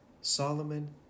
Solomon